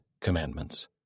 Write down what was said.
commandments